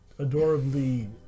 adorably